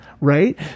right